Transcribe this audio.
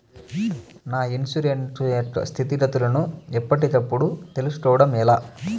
నా ఇన్సూరెన్సు యొక్క స్థితిగతులను గతులను ఎప్పటికప్పుడు కప్పుడు తెలుస్కోవడం ఎలా?